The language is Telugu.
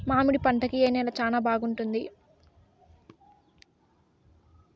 మామిడి పంట కి ఏ నేల చానా బాగుంటుంది